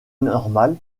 normale